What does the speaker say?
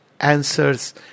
answers